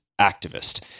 activist